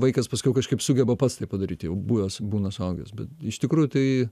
vaikas paskiau kažkaip sugeba pats tai padaryt jau buvęs būna suaugęs bet iš tikrųjų tai